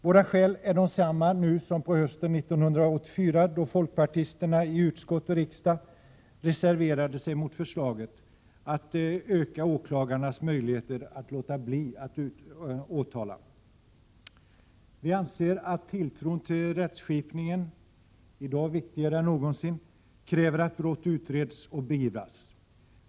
Våra skäl är desamma nu som på hösten 1984, då folkpartisterna i utskott och riksdag gick emot förslaget att öka åklagarnas möjligheter att låta bli att åtala. Vi anser att tilltron till rättskipningen i dag är viktigare än någonsin och kräver att brott utreds och beivras.